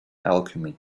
alchemy